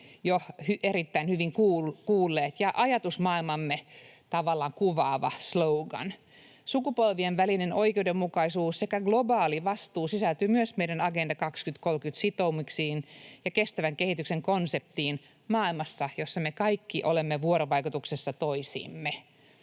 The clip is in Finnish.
jo erittäin hyvin kuulleet — ja tavallaan ajatusmaailmaamme kuvaava slogan. Sukupolvien välinen oikeudenmukaisuus sekä globaali vastuu sisältyvät myös meidän Agenda 2030 ‑sitoumuksiimme ja kestävän kehityksen konseptiin maailmassa, jossa me kaikki olemme vuorovaikutuksessa toisiimme.